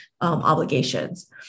obligations